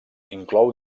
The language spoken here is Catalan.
inclou